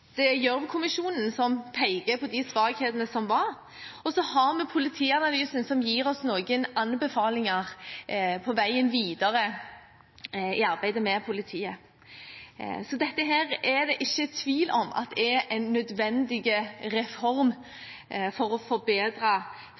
er Gjørv-kommisjonen som peker på de svakhetene som var da, og så har vi politianalysen, som gir oss noen anbefalinger på veien videre i arbeidet med politiet. Så dette er det ikke tvil om at er en nødvendig reform for å forbedre